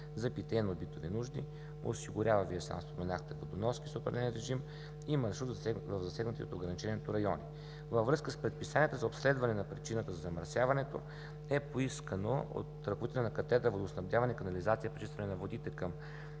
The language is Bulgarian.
за питейно-битови нужди, осигурява, Вие сам споменахте, водоноски с определен режим и маршрут в засегнатите от ограничението райони. Във връзка с предписанията за обследване на причината за замърсяването е поискано от ръководителя на катедра „Водоснабдяване, канализация и пречистване на водите“ към